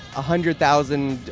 hundred thousand,